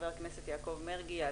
ח"כ יעקב מרגי,